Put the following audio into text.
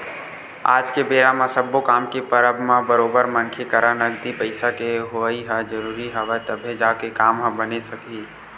आज के बेरा म सब्बो काम के परब म बरोबर मनखे करा नगदी पइसा के होवई ह जरुरी हवय तभे जाके काम ह बने सकही